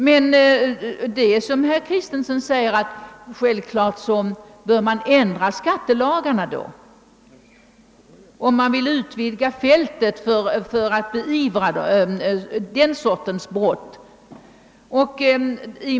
Men det är som herr Kristenson säger självklart att man bör ändra på skattelagarna, om man vill utvidga fältet för möjligheterna att beivra den sortens manipulationer.